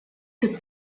took